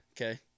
Okay